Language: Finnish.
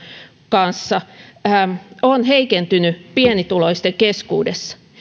kanssa on heikentynyt pienituloisten keskuudessa